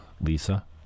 Lisa